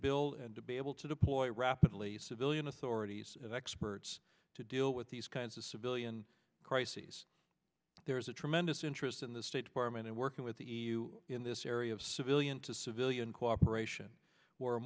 build and to be able to deploy rapidly civilian authorities and experts to deal with these kinds of civilian crises there is a tremendous interest in the state department in working with the e u in this area of civilian to civilian cooperation